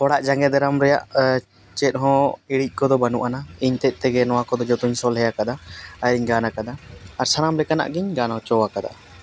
ᱚᱲᱟᱜ ᱡᱟᱸᱜᱮ ᱫᱟᱨᱟᱢ ᱨᱮᱭᱟᱜ ᱪᱮᱫ ᱦᱚᱸ ᱤᱲᱤᱡ ᱠᱚᱫᱚ ᱵᱟᱹᱱᱩᱜ ᱟᱱᱟ ᱤᱧ ᱛᱮᱫ ᱛᱮᱜᱮ ᱱᱚᱣᱟ ᱠᱚᱫᱚ ᱡᱚᱛᱚᱧ ᱥᱚᱞᱦᱮ ᱟᱠᱟᱫᱟ ᱟᱨᱤᱧ ᱜᱟᱱ ᱟᱠᱟᱫᱟ ᱟᱨ ᱥᱟᱱᱟᱢ ᱞᱮᱠᱟ ᱱᱟᱜᱤᱧ ᱜᱟᱱ ᱚᱪᱚ ᱟᱠᱟᱫᱟ